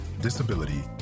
disability